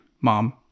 Mom